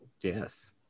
Yes